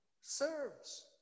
serves